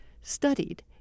studied